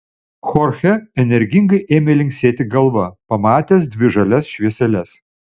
chorchė energingai ėmė linksėti galva pamatęs dvi žalias švieseles